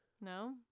No